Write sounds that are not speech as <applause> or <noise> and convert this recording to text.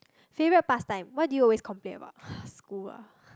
favourite past time what do you always complain about <breath> school ah